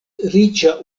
riĉa